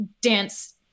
dance